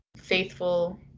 faithful